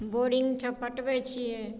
बोडिंगसँ पटबै छियै